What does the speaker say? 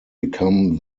become